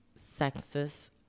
sexist